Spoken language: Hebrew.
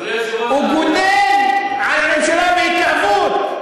הוא בונה על ממשלה בהתהוות.